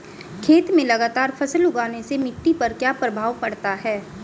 खेत में लगातार फसल उगाने से मिट्टी पर क्या प्रभाव पड़ता है?